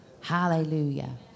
Hallelujah